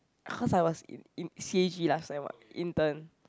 cause I was in in c_h_g last time what intern